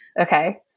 Okay